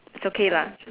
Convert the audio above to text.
it's okay lah